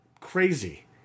crazy